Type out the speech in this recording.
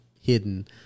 hidden